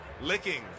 Licking